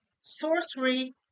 sorcery